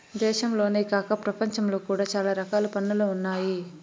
దేశంలోనే కాక ప్రపంచంలో కూడా చాలా రకాల పన్నులు ఉన్నాయి